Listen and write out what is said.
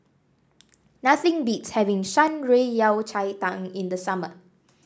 nothing beats having Shan Rui Yao Cai Tang in the summer